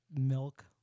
milk